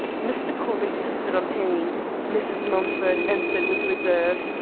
mr. cobb insisted on paying mrs. mumford answered with reserve.